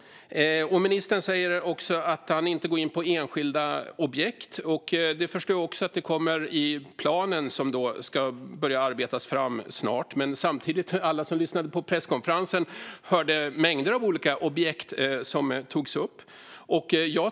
Ministern säger också att han inte går in på enskilda objekt, och jag förstår att även detta kommer i planen som ska börja arbetas fram snart. Samtidigt hörde alla som lyssnade på presskonferensen att mängder av olika objekt togs upp.